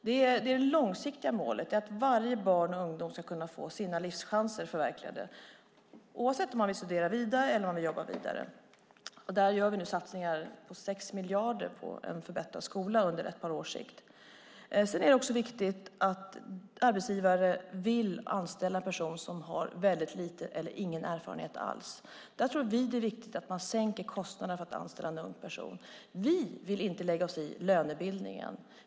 Det långsiktiga målet är att varje barn och ungdom ska kunna få sina livschanser förverkligade, oavsett om man vill studera vidare eller jobba. Där gör vi nu satsningar på 6 miljarder på ett par års sikt för en förbättrad skola. Sedan är det också viktigt att arbetsgivare vill anställa en person som har väldigt liten eller ingen erfarenhet alls. Där tror vi att det är viktigt att man sänker kostnaderna för att anställa en ung person. Vi vill inte lägga oss i lönebildningen.